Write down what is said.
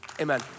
amen